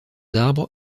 arbres